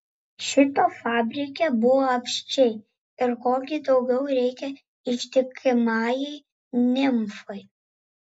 šito fabrike buvo apsčiai ir ko gi daugiau reikia ištikimajai nimfai